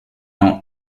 not